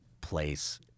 place